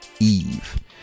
Eve